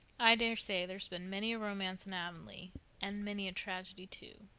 i daresay there's been many a romance in avonlea and many a tragedy, too,